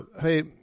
Hey